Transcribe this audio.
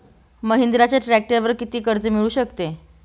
महिंद्राच्या ट्रॅक्टरवर किती कर्ज मिळू शकते?